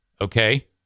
Okay